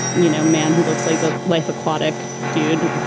you know, man who looks like a life aquatic dude.